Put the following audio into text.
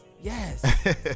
yes